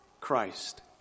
Christ